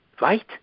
Right